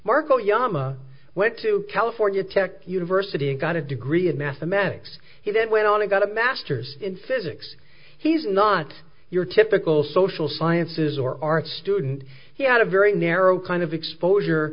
marco yama went to california tech university and got a degree in mathematics he then went on and got a master's in physics he's not your typical social sciences or art student he had a very narrow kind of exposure